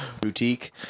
boutique